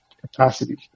capacity